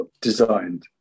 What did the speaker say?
designed